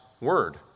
word